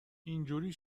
اینجوری